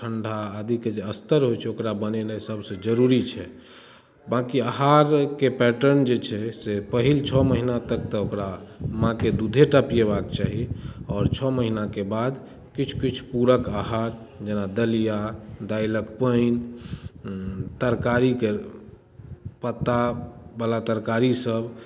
ठण्डा आदिके जे स्तर होइ छै ओकरा बनेनाइ सभसँ जरूरी छै बाँकि आहारके पैटर्न जे छै से पहिल छओ महीना तक तऽ ओकरा माँके दूधे टा पियेबाक चाही आओर छओ महिनाके बाद किछु किछु पूरक आहार जेना दलिया दालिक पानि तरकारीके पत्तावला तरकारी सभ